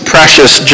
Precious